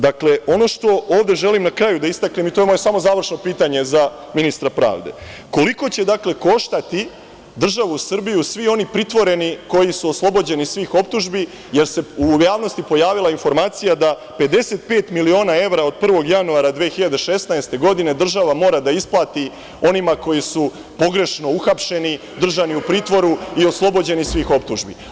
Dakle, ono što ovde želim na kraju da istaknem, i to je moje završno pitanje za ministra pravde – koliko će, dakle, koštati državu Srbiju svi oni pritvoreni koji su oslobođeni svih optužbi, jer se u javnosti pojavila informacija da 55 miliona evra od 1. januara 2016. godine država mora da isplati onima koji su pogrešno uhapšeni, držani u pritvoru i oslobođeni svih optužbi.